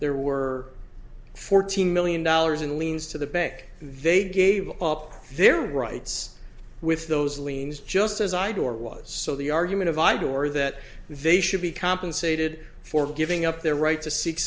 there were fourteen million dollars and leans to the bank they gave up their rights with those liens just as i do or was so the argument of i do or that they should be compensated for giving up their right to seek